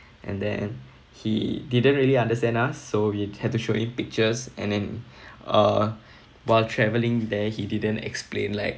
and then he didn't really understand us so we had to showing pictures and then uh while travelling there he didn't explain like